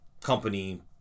company